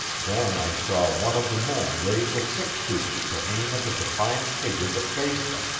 then i saw one of the men raise a six-shooter to aim at the defiant figure that faced them.